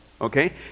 Okay